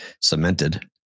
Cemented